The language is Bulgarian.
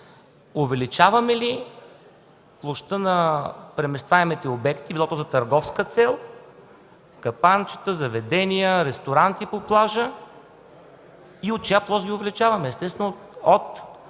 увеличаваме ли площта на преместваемите обекти било то за търговска цел – капанчета, заведения, ресторанти по плажа, и от чия площ ги увеличаваме?